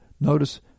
Notice